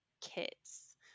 Kits